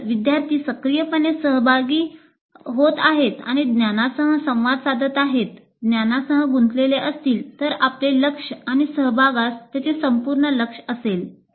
जर विद्यार्थी सक्रियपणे सहभागी होत आहेत आणि ज्ञानासह संवाद साधत आहेत ज्ञानासह गुंतलेले असतील तर आपले लक्ष आणि सहभागास त्यांचे संपूर्ण लक्ष असेल